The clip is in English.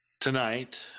tonight